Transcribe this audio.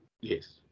Yes